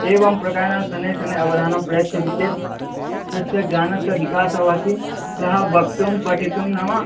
एवं प्रकारेण शनैः शनैः अवधानं प्रयच्छति चेत् तस्य ज्ञानस्य विकासः भवति ततः वक्तुं पठितुं नाम